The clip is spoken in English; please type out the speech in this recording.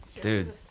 dude